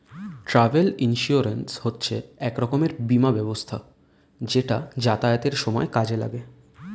travel insurance হচ্ছে এক রকমের বীমা ব্যবস্থা যেটা যাতায়াতের সময় কাজে লাগে